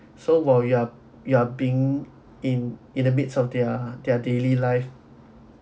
so while you are you're being in in the midst of their their daily life